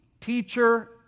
teacher